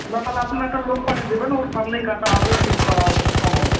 না আপনি তাহলে একটা লোক পাঠিয়ে দেবেন ওর সামনেই কাটা হবে পিস করা হবে সব হবে